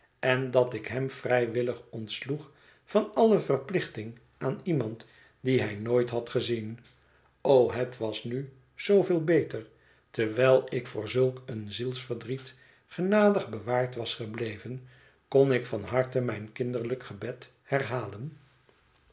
en dat ik hem vrijwillig ontsloeg van alle verplichting aan iemand die hij nooit had gezien o het was nu zoo veel beter terwijl ik voor zulk een zielsverdriet genadig bewaard was gebleven kon ik van harte mijn kinderlijk gebed herhalen